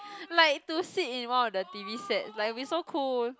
like to sit in one of the t_v sets like it will be so cool